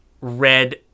red